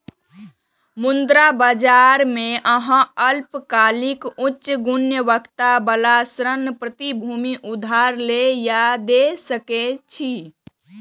मुद्रा बाजार मे अहां अल्पकालिक, उच्च गुणवत्ता बला ऋण प्रतिभूति उधार लए या दै सकै छी